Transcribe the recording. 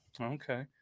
okay